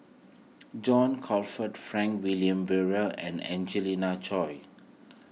John Crawfurd Frank Wilmin Brewer and Angelina Choy